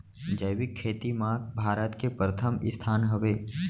जैविक खेती मा भारत के परथम स्थान हवे